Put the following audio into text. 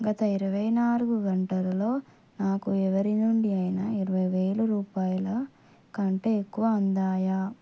గత ఇరవై నాలుగు గంటలలో నాకు ఎవరి నుండి అయినా ఇరవై వేల రూపాయల కంటే ఎక్కువ అందాయా